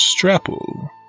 strapple